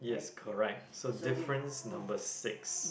yes correct so difference number six